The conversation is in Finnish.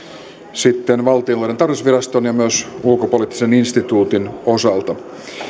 valtiontalouden tarkastusviraston kuin myös ulkopoliittisen instituutin osalta